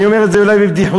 אני אומר את זה אולי בבדיחותא,